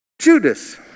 Judas